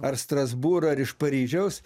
ar strasbūro ar iš paryžiaus